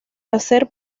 hacer